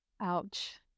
Ouch